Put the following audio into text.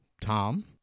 tom